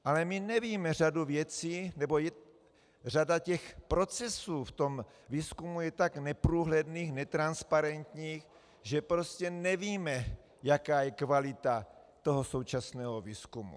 Ale my nevíme řadu věcí, nebo řada procesů ve výzkumu je tak neprůhledných, netransparentních, že prostě nevíme, jaká je kvalita současného výzkumu.